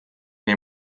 nii